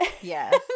Yes